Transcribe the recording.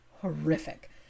horrific